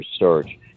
research